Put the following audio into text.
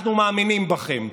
אנחנו מאמינים בכם,